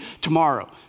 tomorrow